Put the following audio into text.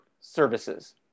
services